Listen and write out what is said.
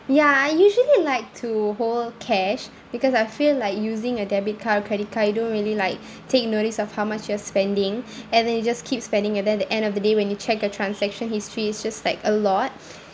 ya I usually like to hold cash because I feel like using a debit card or credit card you don't really like take notice of how much you're spending and then you just keep spending and then the end of the day when you check your transaction history it's just like a lot